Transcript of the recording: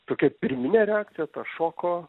tokia pirminė reakcija ta šoko